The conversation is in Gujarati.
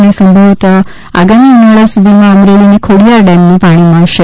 અને સંભવતઃ આગામી ઉનાળા સુધીમાં અમરેલીને ખોડિયાર ડેમનું પાણી મળવા લાગશે